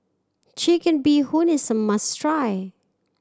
Chicken Bee Hoon is a must try